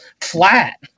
flat